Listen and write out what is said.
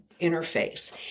interface